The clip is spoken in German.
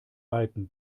balken